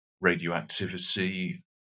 radioactivity